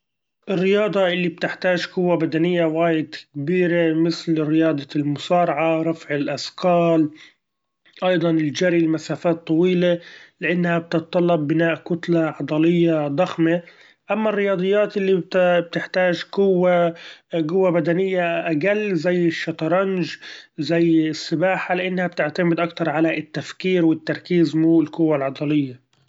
الرياضة اللي بتحتاچ قوة بدنية وايد كبيرة مثل رياضة المصارعة ورفع الاثقال ، أيضا الچري لمسافات طويلة لإنها بتتطلب بناء كتلة عضلية ضخمة ، اما الرياضات اللي إنت بتحتاچ قوة-قوة بدنية اقل زي الشطرنچ زي السباحة لإنها بتعتمد اكتر على التفكير والتركيز مو القوة العضلية.